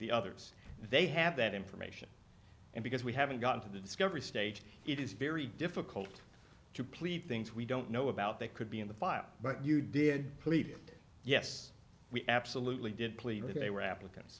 the others they have that information and because we haven't gotten to the discovery stage it is very difficult to plead things we don't know about they could be in the file but you did plead yes we absolutely did plead they were applicants